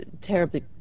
terribly